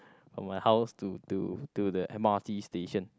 from my house to to to the M_r_t station